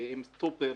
ועם סטופר,